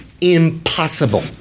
impossible